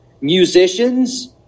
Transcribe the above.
musicians